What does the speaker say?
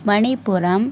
Manappuram